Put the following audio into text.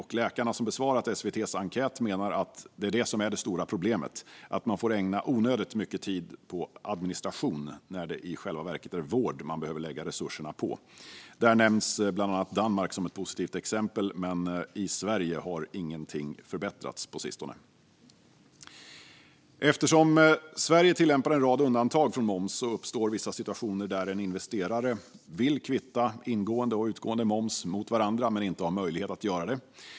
Och läkarna som besvarat SVT:s enkät menar att det är det som är det stora problemet: att man får ägna onödigt mycket tid åt administration när det i själva verket är vård man behöver lägga resurserna på. Där nämns bland annat Danmark som ett positivt exempel. Men i Sverige har ingenting förbättrats på sistone. Eftersom Sverige tillämpar en rad undantag från moms uppstår vissa situationer där en investerare vill kvitta ingående moms och utgående moms mot varandra men inte har möjlighet att göra det.